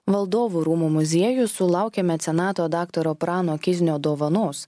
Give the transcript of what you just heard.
valdovų rūmų muziejus sulaukė mecenato daktaro prano kiznio dovanos